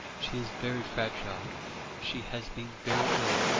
she is very fragile she has been very ill,